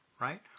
right